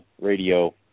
radio